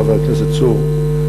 חבר הכנסת צור.